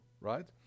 right